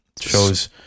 shows